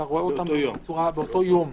אתה רואה אותן באותו יום,